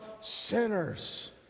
sinners